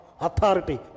authority